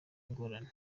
ingorane